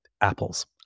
apples